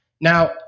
Now